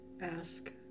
ask